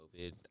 COVID